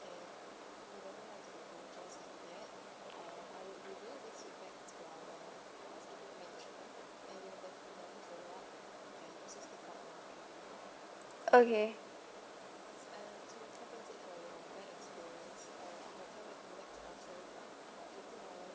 okay